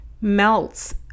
melts